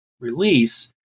release